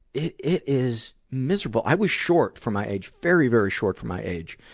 it it is miserable. i was short for my age, very, very short for my age,